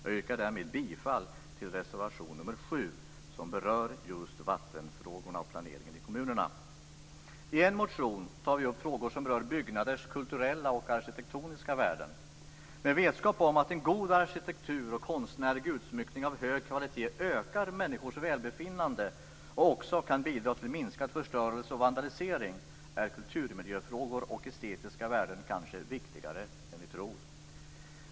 Jag yrkar därmed bifall till reservation nr 7, som berör just vattenfrågorna och planeringen i kommunerna. I en motion tar vi upp frågor som rör byggnaders kulturella och arkitektoniska värden. Med vetskap om att en god arkitektur och konstnärlig utsmyckning av hög kvalitet ökar människors välbefinnande och också kan bidra till minskad förstörelse och vandalisering är kulturmiljöfrågor och estetiska värden kanske viktigare än vi tror.